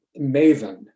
maven